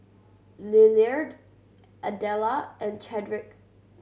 Lillard Adella and Chadrick